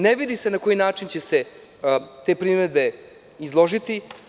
Ne vidi se na koji način će se te primedbe izložiti.